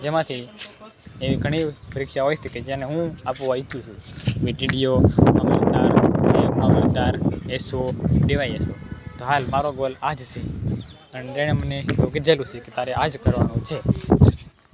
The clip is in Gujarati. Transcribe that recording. માંથી એવી ઘણી પરીક્ષા હોય શકે જેને હું આપવા ઇચ્છુ છું વીટીડીઓ મામલતદાર નાયબ મામલતદાર એસઓ ડીવાયએસઓ તો હાલ મારો ગોલ આ જ છે અને તેણે મને એવું કીધેલું છે કે તારે આ જ કરવાનું છે